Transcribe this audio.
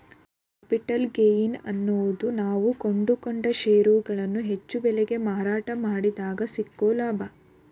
capital gain ಅನ್ನೋದು ನಾವು ಕೊಂಡುಕೊಂಡ ಷೇರುಗಳನ್ನು ಹೆಚ್ಚು ಬೆಲೆಗೆ ಮಾರಾಟ ಮಾಡಿದಗ ಸಿಕ್ಕೊ ಲಾಭ